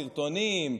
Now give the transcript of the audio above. סרטונים,